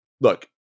look